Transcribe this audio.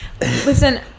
Listen